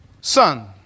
son